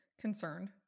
concerned